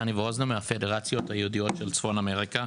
דני ווזנר, פדרציות יהודיות בצפון אמריקה.